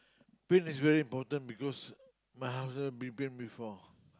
paint is very important because my houses been paint before